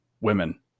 women